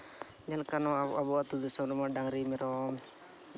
ᱡᱟᱦᱟᱸ ᱞᱮᱠᱟ ᱱᱚᱣᱟ ᱟᱵᱚᱣᱟᱜ ᱟᱛᱳ ᱫᱤᱥᱚᱢ ᱨᱮᱢᱟ ᱰᱟᱝᱨᱤ ᱢᱮᱨᱚᱢ